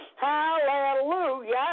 Hallelujah